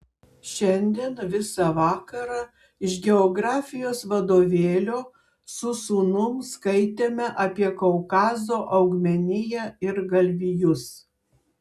šiandien visą vakarą iš geografijos vadovėlio su sūnum skaitėme apie kaukazo augmeniją ir galvijus